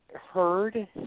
heard